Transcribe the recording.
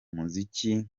muziki